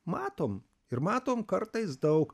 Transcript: matom ir matom kartais daug